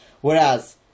Whereas